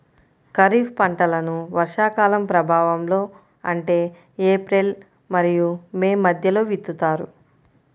ఖరీఫ్ పంటలను వర్షాకాలం ప్రారంభంలో అంటే ఏప్రిల్ మరియు మే మధ్యలో విత్తుతారు